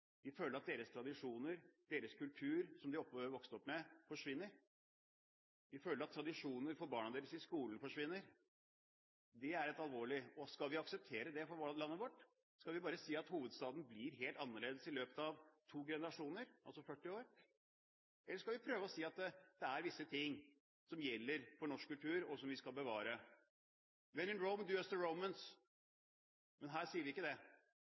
føler at deres tradisjoner og deres kultur, som de er vokst opp med, forsvinner. De føler at tradisjoner for barna deres i skolen forsvinner. Det er alvorlig. Skal vi akseptere det for landet vårt? Skal vi bare si at hovedstaden blir helt annerledes i løpet av to generasjoner – 40 år? Eller skal vi prøve å si at det er visse ting som gjelder for norsk kultur, og som vi skal bevare? «When in Rome, do as the romans.» Men her sier vi ikke det.